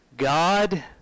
God